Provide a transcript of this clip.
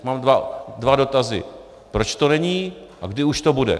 Mám dva dotazy: proč to není a kdy už to bude.